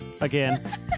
Again